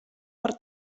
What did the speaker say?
per